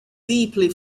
deeply